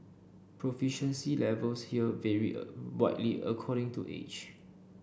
proficiency levels here varied widely according to age